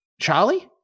Charlie